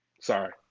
sorry